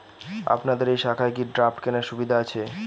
আপনাদের এই শাখায় কি ড্রাফট কেনার সুবিধা আছে?